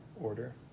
order